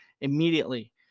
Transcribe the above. immediately